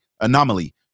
Anomaly